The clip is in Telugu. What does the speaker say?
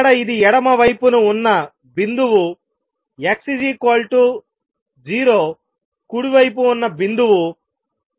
ఇక్కడ ఇది ఎడమ వైపున ఉన్న బిందువు x 0కుడివైపు ఉన్న బిందువు x L